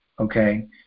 okay